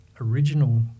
original